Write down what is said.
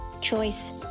choice